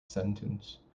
sentence